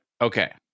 Okay